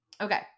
Okay